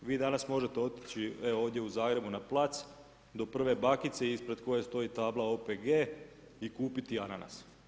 Vi danas možete otići, evo ovdje u Zagrebu na plac do prve bakice ispred koje stoji tabla OPG i kupiti ananas.